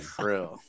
true